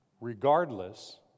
Regardless